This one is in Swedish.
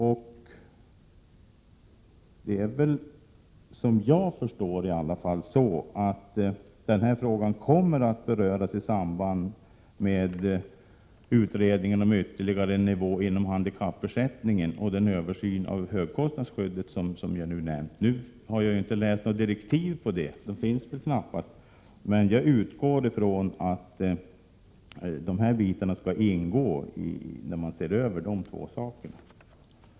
Såvitt i alla fall jag förstår kommer denna fråga att beröras i samband med utredningen om en ytterligare nivå inom handikappersättningen och Prot. 1987/88:115 den översyn av högkostnadsskyddet som jag nyss nämnde. Jag har inte sett 5 maj 1988 några direktiv om detta, varför sådana väl knappast finns. Jag utgår emellertid från att de här delarna skall ingå när man ser över dessa två frågor.